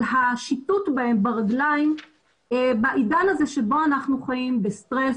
השיטוט בהם ברגליים בעידן הזה בו אנחנו חיים בלחץ,